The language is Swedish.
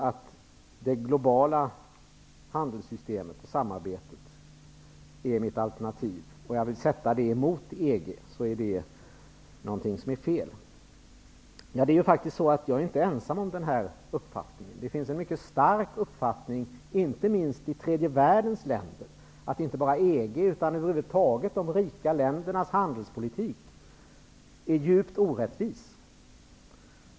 Carl B Hamilton anser att det jag säger om att sätta mitt alternativ om det globala handelssystemet och samarbetet emot alternativet EG är fel. Jag är faktiskt inte ensam om den här uppfattningen. Det finns en mycket stark uppfattning, inte minst i tredje världens länder, att inte bara EG:s utan över huvud taget de rika ländernas handelspolitik är djupt orättvis.